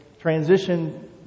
transition